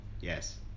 Yes